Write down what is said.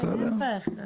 להיפך.